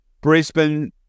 Brisbane